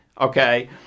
Okay